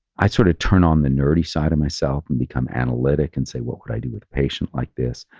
i sort of turn on the nerdy side of myself and become analytic and say, what would i do with a patient like this,